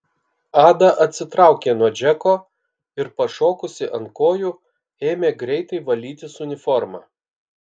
ada atsitraukė nuo džeko ir pašokusi ant kojų ėmė greitai valytis uniformą